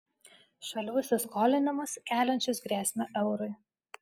šalių įsiskolinimus keliančius grėsmę eurui